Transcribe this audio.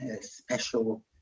special